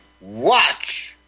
watch